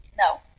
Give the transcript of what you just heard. No